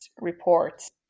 reports